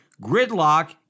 gridlock